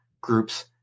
groups